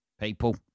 people